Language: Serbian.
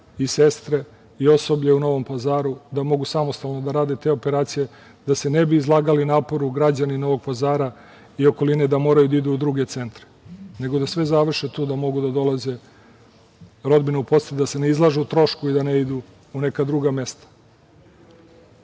i sestre i osoblje u Novom Pazaru da mogu samostalno da rade te operacije, da se ne bi izlagali naporu građani Novog Pazara i okoline da moraju da idu u druge centre, nego da sve završe tu, da mogu da dolaze rodbini u posetu, da se ne izlažu trošku i da ne idu u neka druga mesta?